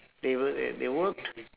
they worked at they worked